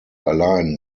allein